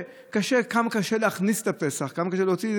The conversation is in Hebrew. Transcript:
קשה, כמה קשה להכניס את הפסח, כמה קשה להוציא.